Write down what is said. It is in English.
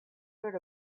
heard